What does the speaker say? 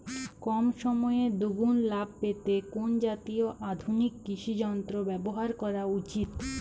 কম সময়ে দুগুন লাভ পেতে কোন জাতীয় আধুনিক কৃষি যন্ত্র ব্যবহার করা উচিৎ?